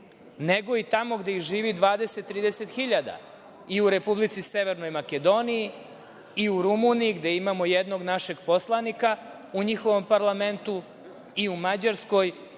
nego i tamo gde ih živi 20.000, 30.000, i u Republici Severnoj Makedoniji i u Rumuniji, gde imamo jednog našeg poslanika u njihovom parlamentu i u Mađarskoj